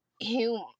human